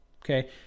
Okay